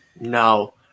No